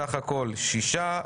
סך הכול שישה.